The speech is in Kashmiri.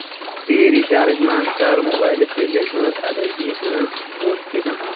فرٛی رچارٕج منٛز کَر موبایِلہِ بِلہِ ہٕنٛز ادٲیگی ہٕنٛز نوٹفکیشن آن